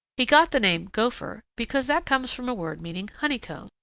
he got the name gopher because that comes from a word meaning honeycomb,